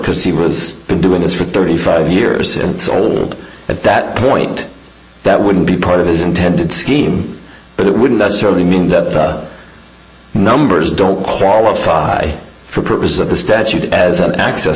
because he was doing this for thirty five years and sold at that point that wouldn't be part of his intended scheme but it wouldn't necessarily mean the numbers don't qualify for purposes of the statute as an access